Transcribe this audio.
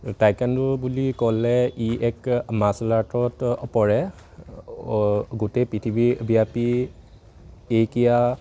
taekwondo বুলি ক'লে ই এক মাৰ্চেল আৰ্টত অ পৰে গোটেই পৃথিৱী বিয়পী এই ক্ৰীড়া